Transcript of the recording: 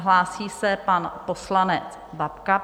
Hlásí se pan poslanec Babka.